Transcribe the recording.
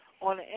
on